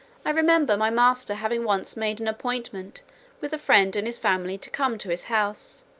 i remember my master having once made an appointment with a friend and his family to come to his house,